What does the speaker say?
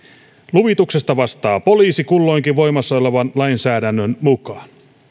luvituksesta vastaa poliisi kulloinkin voimassa olevan lainsäädännön mukaan